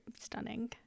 stunning